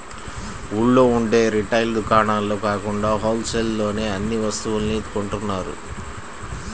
ఊళ్ళో ఉండే రిటైల్ దుకాణాల్లో కాకుండా హోల్ సేల్ లోనే అన్ని వస్తువుల్ని కొంటున్నారు